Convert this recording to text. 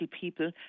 people